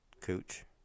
cooch